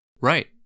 Right